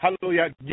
Hallelujah